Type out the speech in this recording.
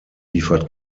liefert